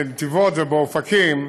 ובנתיבות ובאופקים.